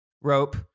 Rope